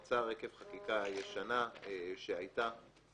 אתה צריך כמה שיותר אנשים שהם גם מנהיגים מקומיים,